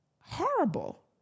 horrible